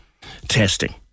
testing